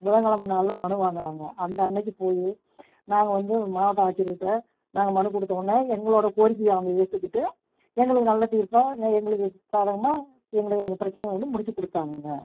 புதன்கிழமை நாளில் மனு வாங்குறாங்க அந்த அன்றைக்கு போய் நாங்கள் வந்து மாவட்ட ஆட்சியர்கிட்ட நாங்கள் மனு கொடுத்தவுனே எங்களோடய கோரிக்கையை அவங்க ஏற்றுகிட்டு எங்களுக்கு நல்ல தீர்ப்பை எங்களுக்கு சாதகமாக எங்களுக்கு எங்கள் பிரச்சனையை வந்து முடிச்சு கொடுத்தாங்கங்க